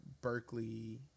Berkeley